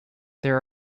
there